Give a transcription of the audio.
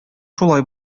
шулай